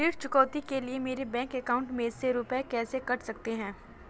ऋण चुकौती के लिए मेरे बैंक अकाउंट में से रुपए कैसे कट सकते हैं?